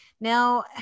Now